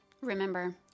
Remember